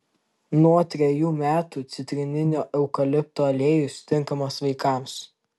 nuo trejų metų citrininio eukalipto aliejus tinkamas vaikams